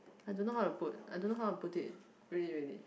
I don't know how to put I don't know how to put it really really